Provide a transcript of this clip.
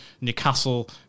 Newcastle